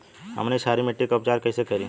हमनी क्षारीय मिट्टी क उपचार कइसे करी?